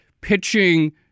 pitching